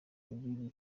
ibi